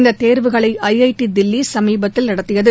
இந்த தோ்வுகளை ஐஐடி தில்லி சமீபத்தில் நடத்தியது